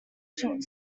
short